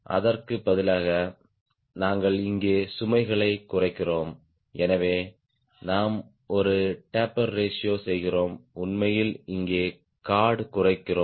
அதற்கு பதிலாக நாங்கள் இங்கே சுமைகளை குறைக்கிறோம் எனவே நாம் ஒரு டேப்பர் ரேஷியோ செய்கிறோம் உண்மையில் இங்கே கார்ட் குறைக்கிறோம்